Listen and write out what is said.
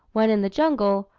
when in the jungle,